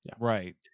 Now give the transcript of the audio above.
Right